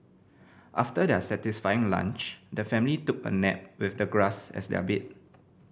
after their satisfying lunch the family took a nap with the grass as their bed